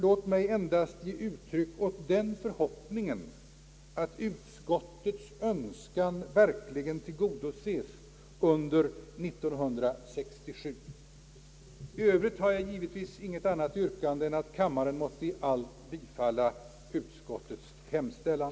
Låt mig endast ge uttryck åt den förhoppningen att utskottets önskan verkligen tillgodoses under 1967. I övrigt har jag givetvis intet annat yrkande än att kammaren måtte i allt bifalla utskottets hemställan.